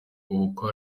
ubukwe